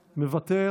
סלימאן,